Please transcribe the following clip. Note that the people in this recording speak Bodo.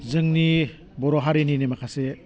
जोंनि बर' हारिनिनो माखासे